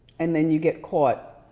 and then you get caught.